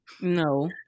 no